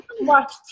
watch